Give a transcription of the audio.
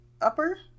upper